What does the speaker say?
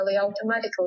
automatically